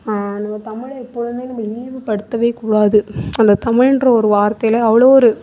நம்ம தமிழை எப்போவுமே நம்ம இழிவுப்படுத்தவே கூடாது அந்த தமிழ்ன்ற ஒரு வார்த்தையில் அவ்வளோ ஒரு